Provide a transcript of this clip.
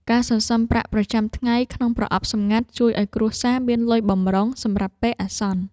ការសន្សំប្រាក់ប្រចាំថ្ងៃក្នុងប្រអប់សម្ងាត់ ជួយឱ្យគ្រួសារមានលុយបម្រុងសម្រាប់ពេលអាសន្ន។